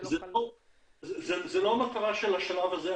זו לא המטרה של השלב הזה.